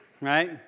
right